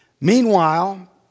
Meanwhile